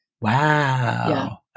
wow